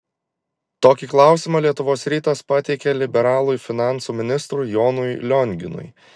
tokį klausimą lietuvos rytas pateikė liberalui finansų ministrui jonui lionginui